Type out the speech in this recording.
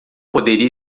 poderia